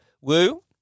Woo